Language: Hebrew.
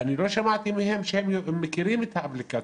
לא שמעתי מהם שהם מכירים את האפליקציה.